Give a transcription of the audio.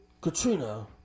Katrina